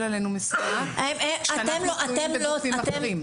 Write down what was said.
עלינו משימה כשאנחנו תלויים בגופים אחרים.